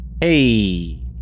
Hey